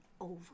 over